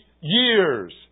years